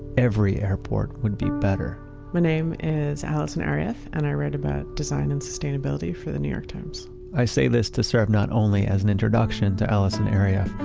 every airport would be better my name is allison arieff and i write about design and sustainability for the new york times i say this to serve not only as an introduction to allison arieff,